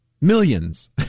millions